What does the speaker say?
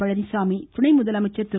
பழனிசாமி துணை முதலமைச்சர் திரு